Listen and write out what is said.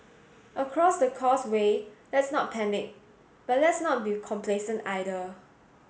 across the causeway let's not panic but let's not be complacent either